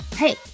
Hey